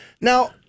Now